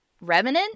Remnant